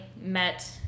met